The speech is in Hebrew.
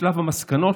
לשלב המסקנות,